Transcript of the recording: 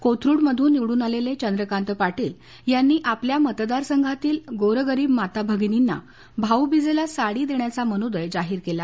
कोथरूड मधून निवडून आलेले चंद्रकांत पाटिल आपल्या मतदारसंघातील गोरगरिब माता भगिनींना भाऊबिजेला साडी भेट देण्याचा मनोदय जाहीर केला